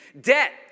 debt